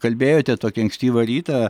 kalbėjote tokį ankstyvą rytą